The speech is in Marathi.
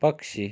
पक्षी